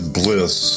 bliss